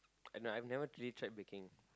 I know I never really try baking